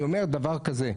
אני אומר דבר כזה,